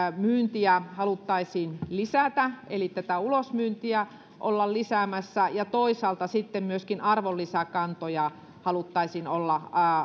myyntiä haluttaisiin lisätä eli tätä ulosmyyntiä olla lisäämässä ja toisaalta sitten myöskin arvonlisäkantoja haluttaisiin olla